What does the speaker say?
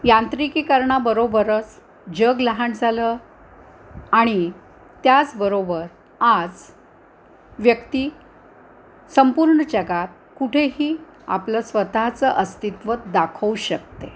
यांत्रिकीकरणाबरोबरच जग लहान झालं आणि त्याचबरोबर आज व्यक्ती संपूर्ण जगात कुठेही आपलं स्वतःचं अस्तित्व दाखवू शकते